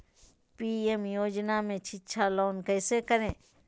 PM योजना में शिक्षा लोन कैसे करें?